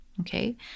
Okay